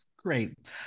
Great